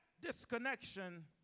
disconnection